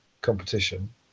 competition